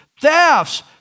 thefts